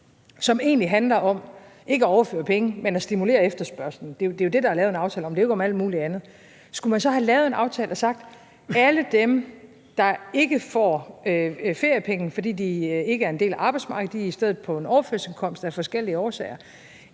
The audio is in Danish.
som egentlig ikke handler om at overføre penge, men om at stimulere efterspørgslen – det er jo det, der er lavet en aftale om; det er jo ikke om alt muligt andet – og sagt, at alle dem, der ikke får feriepenge, fordi de ikke er en del af arbejdsmarkedet, men i stedet er på en overførselsindkomst af forskellige årsager,